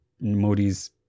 Modi's